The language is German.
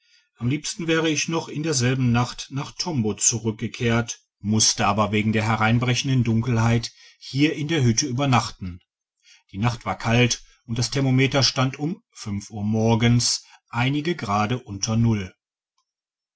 am liebsten wäre ich noch in derselben nacht nach tombo zurückgekehrt musste aber digitized by google wegen der hereinbrechenden dunkelheit hier in der hütte übernachten die nacht war kalt und das thermometer stand um fünf uhr morgens einige grade unter null